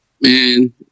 man